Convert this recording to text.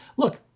look,